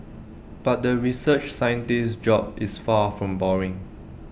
but the research scientist's job is far from boring